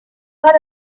other